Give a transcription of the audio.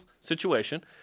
situation